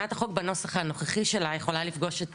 הצעת החוק בנוסח הנוכחי שלה יכולה לפגוש את